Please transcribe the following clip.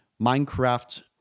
Minecraft